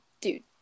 dude